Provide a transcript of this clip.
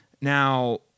Now